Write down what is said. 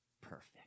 perfect